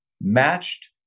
matched